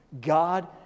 god